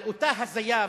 על אותה הזיה,